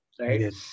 right